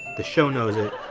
the show knows it,